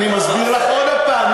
אני מסביר לך עוד פעם.